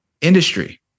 industry